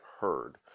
heard